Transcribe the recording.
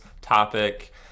topic